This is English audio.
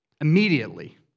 immediately